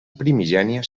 primigènia